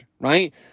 Right